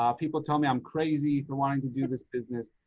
ah people tell me i'm crazy for wanting to do this business.